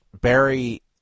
Barry